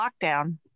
lockdown